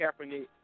Kaepernick